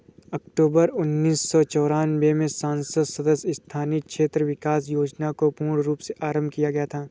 अक्टूबर उन्नीस सौ चौरानवे में संसद सदस्य स्थानीय क्षेत्र विकास योजना को पूर्ण रूप से आरम्भ किया गया था